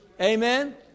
Amen